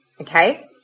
okay